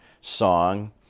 song